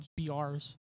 BRs